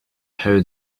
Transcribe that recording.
how